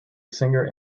singer